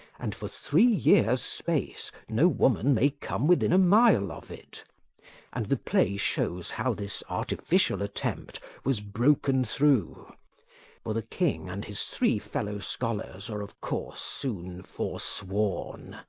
and for three years' space no woman may come within a mile of it and the play shows how this artificial attempt was broken through. for the king and his three fellow-scholars are of course soon forsworn,